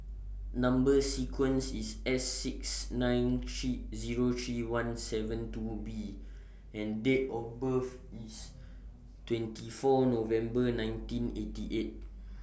Number sequence IS S six nine three Zero three one seven two B and Date of birth IS twenty four November nineteen eighty eight